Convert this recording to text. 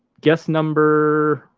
guest number,